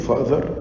Father